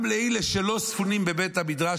גם לאלה שלא ספונים בבית המדרש,